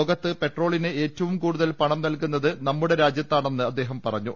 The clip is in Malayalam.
ലോകത്ത് പെട്രോളിന് ഏറ്റവും കൂടുതൽ പണം നൽകുന്നത് നമ്മുടെ രാജ്യ ത്താണെന്ന് അദ്ദേഹം പറഞ്ഞു